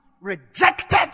rejected